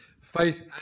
Faith